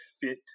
fit